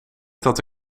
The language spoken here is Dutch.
dat